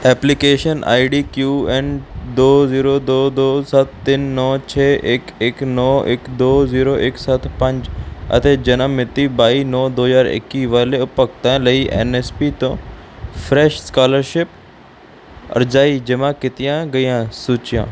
application I D Q N ਦੋ zero ਦੋ ਦੋ ਸੱਤ ਤਿੰਨ ਨੌਂ ਛੇ ਇੱਕ ਇੱਕ ਨੌਂ ਇੱਕ ਦੋ ਜ਼ੀਰੋ ਇੱਕ ਸੱਤ ਪੰਜ ਅਤੇ ਜਨਮ ਮਿਤੀ ਬਾਈ ਨੌਂ ਦੋ ਹਜ਼ਾਰ ਇੱਕੀ ਵਾਲੇ ਉਪਭਗਤਾ ਲਈ ਐੱਨ ਐੱਸ ਪੀ ਤੋਂ ਫਰੈਸ਼ ਸਕਾਲਰਸ਼ਿਪ ਅਰਜਾਈ ਜਮ੍ਹਾਂ ਕੀਤੀਆਂ ਗਈਆਂ ਸੂਚੀਆਂ